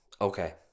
okay